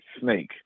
Snake